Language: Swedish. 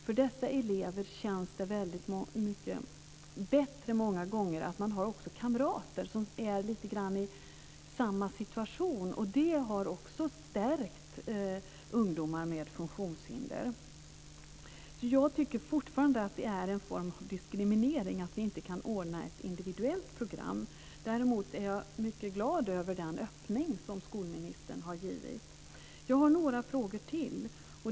Det känns många gånger väldigt mycket bättre för dessa elever att man har kamrater som är lite grann i samma situation. Det har också stärkt ungdomar med funktionshinder. Jag tycker fortfarande att det är en form av diskriminering att vi inte kan ordna ett individuellt program. Däremot är jag mycket glad över den öppning som skolministern har gett. Jag har några frågor till.